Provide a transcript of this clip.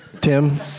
Tim